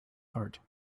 heart